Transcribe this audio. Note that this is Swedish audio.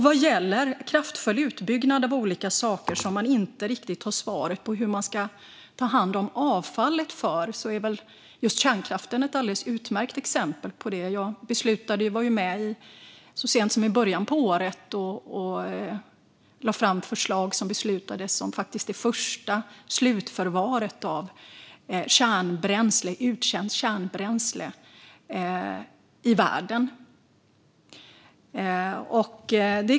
Vad gäller kraftfull utbyggnad av olika saker där man inte riktigt har svaret på hur man ska ta hand om avfallet är väl just kärnkraften ett alldeles utmärkt exempel. Så sent som i början av året var jag med och lade fram förslag, som beslutades, om det första slutförvaret av uttjänt kärnbränsle i världen.